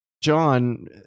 john